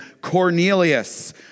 Cornelius